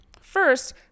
First